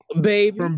Baby